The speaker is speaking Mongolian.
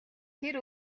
тэр